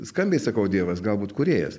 skambiai sakau dievas galbūt kūrėjas